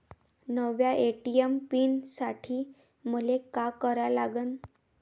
नव्या ATM pin साठी मले का करा लागन?